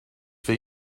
for